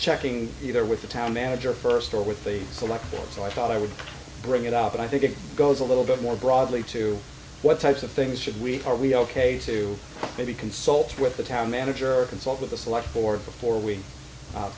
checking either with the town manager first or with the collectibles so i thought i would bring it out but i think it goes a little bit more broadly to what types of things should we are we ok to maybe consult with the town manager or consult with a select four before we